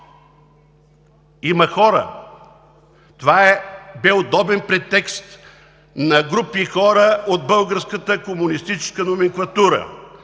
и услуги, това бе удобен претекст на групи хора от българската комунистическа номенклатура